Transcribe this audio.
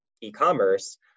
e-commerce